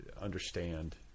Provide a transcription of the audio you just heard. understand